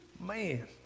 man